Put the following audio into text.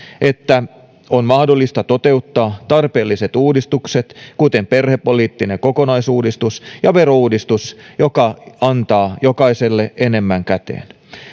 että on mahdollista toteuttaa tarpeelliset uudistukset kuten perhepoliittinen kokonaisuudistus ja verouudistus joka antaa jokaiselle enemmän käteen